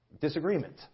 disagreement